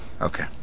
Okay